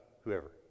whoever